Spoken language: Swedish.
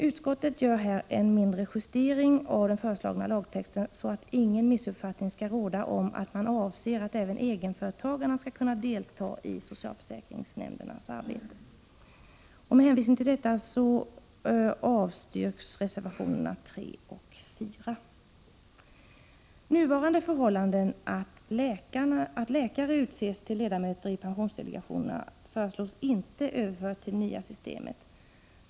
Utskottet gör här en mindre justering av den föreslagna lagtexten, så att ingen missuppfattning skall råda om att man avser att även egenföretagarna skall kunna delta i socialförsäkringsnämndernas arbete. Med hänvisning till detta avstyrks reservationerna 3 och 4. Nuvarande förhållande att läkare utses till ledamöter i pensionsdelegationerna föreslås inte överföras till det nya systemet.